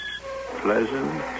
pleasant